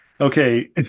Okay